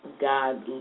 God